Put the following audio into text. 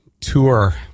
tour